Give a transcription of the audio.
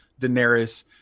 Daenerys